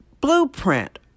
blueprint